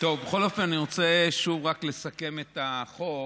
בכל אופן אני רוצה רק לסכם את החוק,